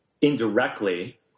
indirectly